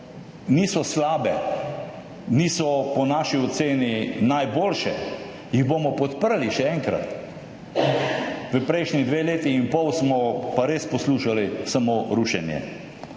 niso slabe, niso po naši oceni najboljše, jih bomo podprli, še enkrat. V prejšnjih dveh letih in pol smo pa res poslušali samo rušenje.